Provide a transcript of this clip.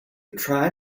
try